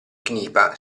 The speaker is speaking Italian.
cnipa